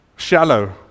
Shallow